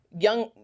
young